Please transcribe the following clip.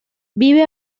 vive